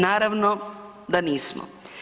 Naravno da nismo.